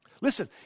Listen